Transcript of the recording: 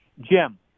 Jim